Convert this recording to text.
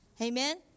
Amen